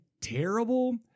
terrible